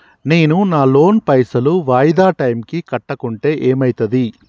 నేను నా లోన్ పైసల్ వాయిదా టైం కి కట్టకుంటే ఏమైతది?